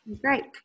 Great